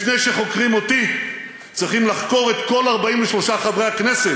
לפני שחוקרים אותי צריכים לחקור את כל 43 חברי הכנסת